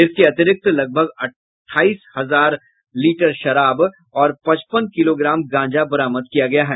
इसके अतिरिक्त लगभग अट्ठाईस हजार लीटर शराब और पचपन किलोग्राम गांजा बरामद किया गया है